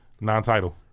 Non-title